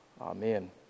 Amen